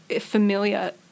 familiar